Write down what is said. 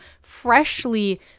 freshly